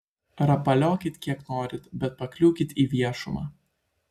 rapaliokit kiek norit bet pakliūkit į viešumą